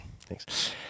Thanks